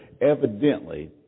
evidently